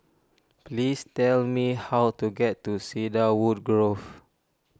please tell me how to get to Cedarwood Grove